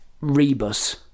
Rebus